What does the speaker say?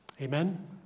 Amen